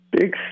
big